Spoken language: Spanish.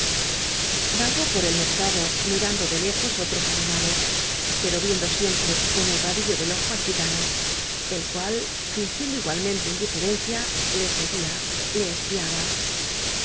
vagó por el mercado mirando de lejos otros animales pero viendo siempre con el ra billo del ojo al gitano el cual fingiendo igual mente indiferencia le seguía le espiaba